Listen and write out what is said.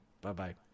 Bye-bye